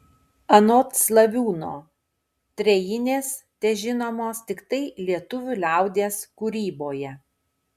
anot slaviūno trejinės težinomos tiktai lietuvių liaudies kūryboje